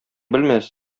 белмәс